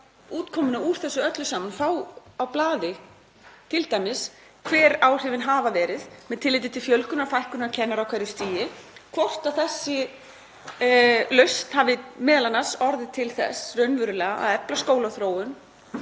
útkomuna úr þessu öllu saman, þá á blaði, t.d. hver áhrifin hafa verið með tilliti til fjölgunar eða fækkunar kennara á hverju stigi, hvort þessi lausn hafi m.a. orðið til þess raunverulega að efla skólaþróun